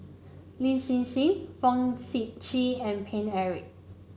Lin Hsin Hsin Fong Sip Chee and Paine Eric